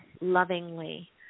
lovingly